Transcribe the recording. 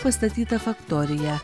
pastatyta faktorija